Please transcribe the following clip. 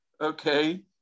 okay